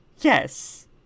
Yes